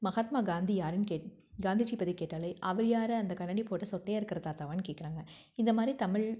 மகாத்மா காந்தி யாருன்னு கேட் காந்திஜி பற்றி கேட்டால் அவர் யார் அந்தக் கண்ணாடி போட்டு சொட்டையாக இருக்கிற தாத்தாவான்னு கேக்கிறாங்க இந்த மாதிரி தமிழ்